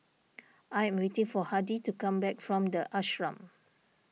I am waiting for Hardy to come back from the Ashram